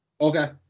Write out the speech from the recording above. Okay